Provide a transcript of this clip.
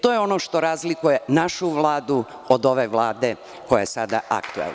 To je ono što razlikuje našu vladu od ove Vlade koja je sada aktuelna.